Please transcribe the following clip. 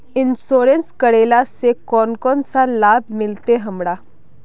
Insurance करेला से कोन कोन सा लाभ मिलते हमरा?